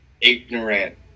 ignorant